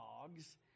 dogs